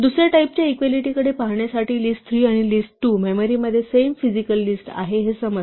दुसऱ्या टाईपच्या इक्वालिटीकडे पाहण्यासाठी लिस्ट 3 आणि लिस्ट 2 मेमरीमध्ये सेम फिजिकल लिस्ट आहे हे समजते